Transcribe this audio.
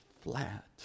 flat